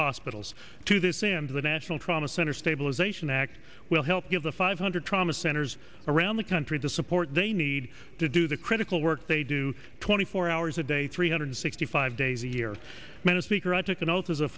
hospitals to this into the national trauma center stabilization act will help give the five hundred trauma centers around the country the support they need to do the critical work they do twenty four hours a day three hundred sixty five days a year in a secret took an oath as a